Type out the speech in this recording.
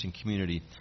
Community